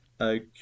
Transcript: Okay